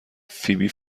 فیبی